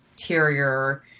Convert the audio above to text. interior